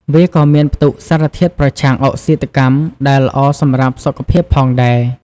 វាក៏មានផ្ទុកសារធាតុប្រឆាំងអុកស៊ីតកម្មដែលល្អសម្រាប់សុខភាពផងដែរ។